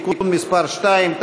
30) (תיקון מס' 2),